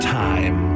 time